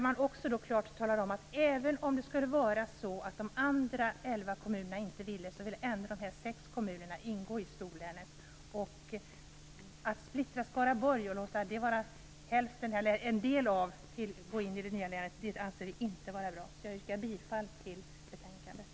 Man sade klart och tydligt att även om de andra elva kommunerna inte ville ingå i storlänet, så vill de sex kommunerna göra det. Att splittra Skaraborg och låta bara en del av Skaraborg ingå i det nya länet anser vi inte är bra. Jag yrkar således bifall till hemställan i betänkandet.